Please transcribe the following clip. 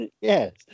Yes